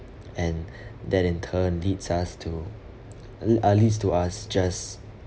and that in turn leads us to al~ at least to us just